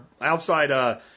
outside